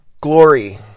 glory